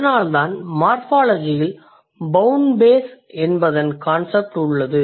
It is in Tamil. அதனால்தான் மார்ஃபாலஜியில் பௌண்ட் பேஸ் என்பதன் கான்செப்ட் உள்ளது